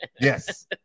Yes